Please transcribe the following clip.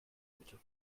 bitte